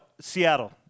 Seattle